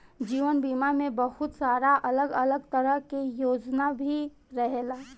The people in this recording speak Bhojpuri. जीवन बीमा में बहुत सारा अलग अलग तरह के योजना भी रहेला